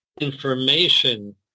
information